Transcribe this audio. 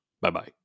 Bye-bye